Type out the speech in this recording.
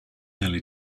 nearly